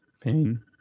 Pain